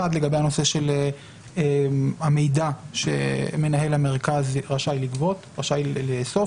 אחד, לגבי המידע שמנהל המרכז רשאי לאסוף.